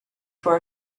for